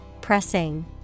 Pressing